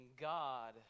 God